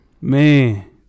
Man